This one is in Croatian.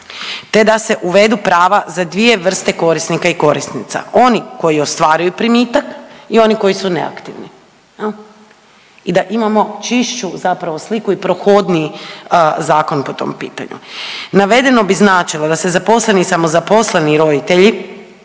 te da se uvedu prava za 2 vrste korisnika i korisnicima. Oni koji ostvaruju primitak i oni koji su neaktivni. I da imamo čišću zapravo sliku i prohodniji zakon po tom pitanju. Navedeno bi značilo da se zaposleni i samozaposleni roditelji